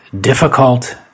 difficult